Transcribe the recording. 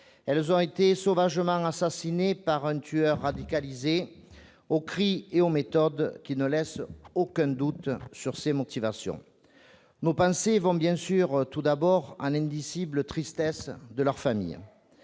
Elles ont été sauvagement assassinées par un tueur radicalisé, aux cris et aux méthodes qui ne laissent aucun doute sur ses motivations. Nos pensées vont bien sûr tout d'abord à l'indicible tristesse de leur famille.